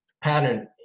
pattern